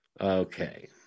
Okay